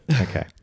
Okay